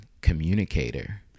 communicator